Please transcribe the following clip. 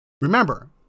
Remember